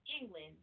England